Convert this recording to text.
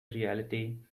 reality